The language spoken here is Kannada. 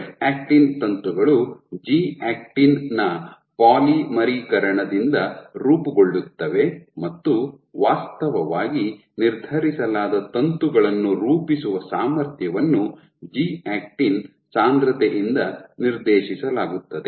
ಎಫ್ ಆಕ್ಟಿನ್ ತಂತುಗಳು ಜಿ ಆಕ್ಟಿನ್ ನ ಪಾಲಿಮರೀಕರಣದಿಂದ ರೂಪುಗೊಳ್ಳುತ್ತವೆ ಮತ್ತು ವಾಸ್ತವವಾಗಿ ನಿರ್ಧರಿಸಲಾದ ತಂತುಗಳನ್ನು ರೂಪಿಸುವ ಸಾಮರ್ಥ್ಯವನ್ನು ಜಿ ಆಕ್ಟಿನ್ ಸಾಂದ್ರತೆಯಿಂದ ನಿರ್ದೇಶಿಸಲಾಗುತ್ತದೆ